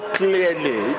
clearly